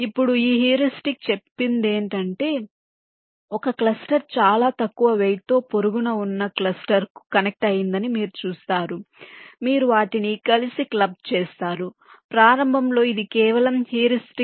ఇప్పుడు ఈ హ్యూరిస్టిక్ చెప్పేదేంటంటే ఒక క్లస్టర్ చాలా తక్కువ వెయిట్ తో పొరుగున ఉన్న క్లస్టర్కు కనెక్ట్ అయ్యిందని మీరు చూస్తారు మీరు వాటిని కలిసి క్లబ్ చేస్తారు ప్రారంభంలో ఇది కేవలం హ్యూరిస్టిక్